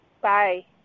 Bye